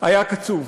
היה קצוב